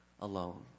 alone